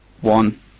One